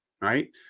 right